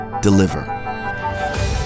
deliver